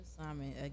Simon